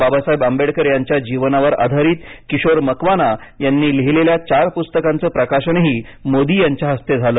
बाबासाहेब आंबेडकर यांच्या जीवनावर आधारीत किशोर मकवाना यांनी लिहिलेल्या चार पुस्तकांचं प्रकाशनही मोदी यांच्या हस्ते झालं